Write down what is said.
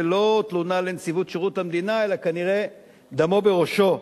זה לא תלונה לנציבות שירות המדינה אלא כנראה דמו בראשו,